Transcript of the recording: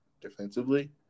defensively